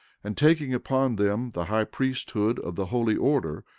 and taking upon them the high priesthood of the holy order,